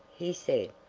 he said,